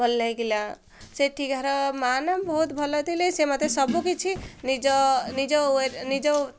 ଭଲ ଲାଗିଲା ସେଠିିକାର ମାଆ ନା ବହୁତ ଭଲ ଥିଲେ ସେ ମୋତେ ସବୁକିଛି ନିଜ ନିଜ ନିଜ